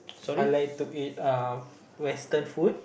I like to eat uh Western food